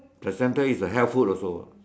placenta is a health food also